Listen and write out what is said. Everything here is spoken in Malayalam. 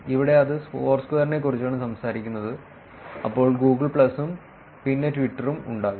ഇവിടെ അത് ഫോർസ്ക്വയറിനെക്കുറിച്ചാണ് സംസാരിക്കുന്നത് അപ്പോൾ ഗൂഗിൾ പ്ലസും പിന്നെ ട്വിറ്ററും ഉണ്ടാകും